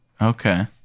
Okay